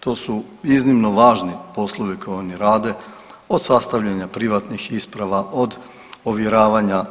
To su iznimno važni poslovi koje oni rade, od sastavljanja privatnih isprava, od ovjeravanja